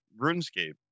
RuneScape